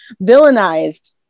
villainized